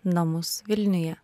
namus vilniuje